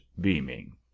beaming